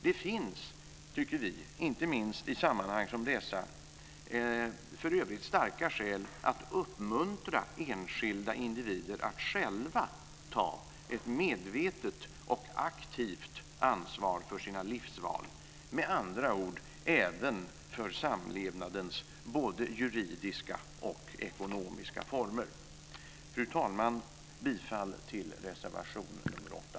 Vi tycker att det finns, inte minst i sammanhang som dessa, starka skäl att uppmuntra enskilda individer att själva ta ett medvetet och aktivt ansvar för sina livsval, med andra ord även för samlevnadens både juridiska och ekonomiska former. Fru talman! Jag yrkar bifall till reservation 8.